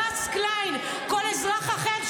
הדס קליין ----- שקט.